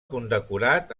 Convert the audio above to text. condecorat